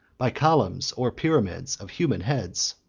by columns, or pyramids, of human heads.